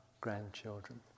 grandchildren